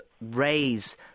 raise